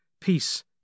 peace